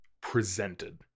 presented